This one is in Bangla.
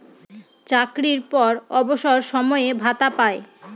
চাকরির পর অবসর সময়ে ভাতা পায়